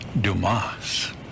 Dumas